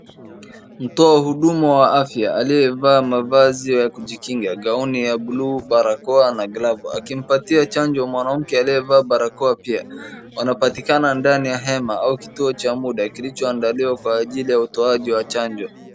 Mtoa huduma wa afya aliyevaa mavazi ya kujikinga, gauni ya buluu, barakoa na glavu akimpatia chanjo mwanamke aliyevaa barakoa pia. Wanapatikana ndani ya hema au kituo cha muda kilichoandaliwa kwa ajili ya utoaji wa chanjo.